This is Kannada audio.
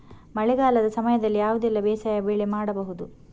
ಮಳೆಗಾಲದ ಸಮಯದಲ್ಲಿ ಯಾವುದೆಲ್ಲ ಬೇಸಾಯ ಬೆಳೆ ಮಾಡಬಹುದು?